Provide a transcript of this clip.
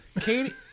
Katie